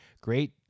great